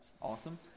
Awesome